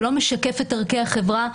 שלא משקף את ערכי החברה,